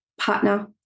partner